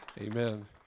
Amen